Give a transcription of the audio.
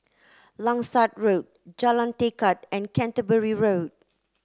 Langsat Road Jalan Tekad and Canterbury Road